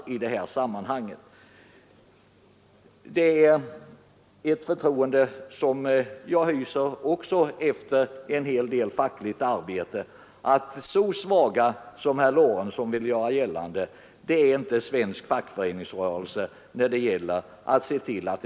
Efter en hel del fackligt arbete anser jag också att svensk fackföreningsrörelse inte är — vilket herr Lorentzon vill göra gällande — så svag att en sådan utbildning inte skall kunna ordnas på ett riktigt sätt.